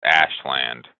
ashland